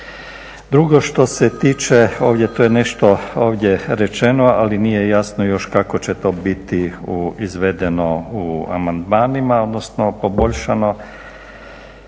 Drugo što se tiče ovdje to je nešto ovdje rečeno, ali nije jasno još kako će to biti izvedeno u amandmanima, odnosno poboljšano.